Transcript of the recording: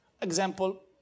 Example